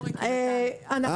בבקשה.